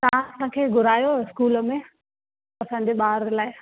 तव्हां असांखे घुरायो हो इस्कूल में असांजे ॿार लाइ